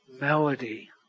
melody